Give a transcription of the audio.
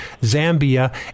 Zambia